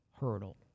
hurdle